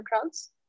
crowds